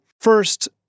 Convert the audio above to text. first